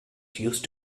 used